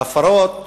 ההפרות